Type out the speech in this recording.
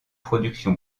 production